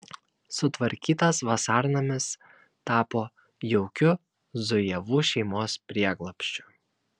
sutvarkytas vasarnamis tapo jaukiu zujevų šeimos prieglobsčiu